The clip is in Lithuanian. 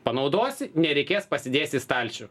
panaudosi nereikės pasidėsi į stalčių